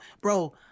bro